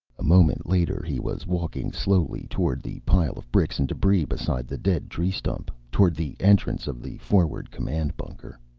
a moment later he was walking slowly toward the pile of bricks and debris beside the dead tree stump. toward the entrance of the forward command bunker.